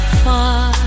far